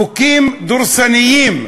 חוקים דורסניים,